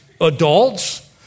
adults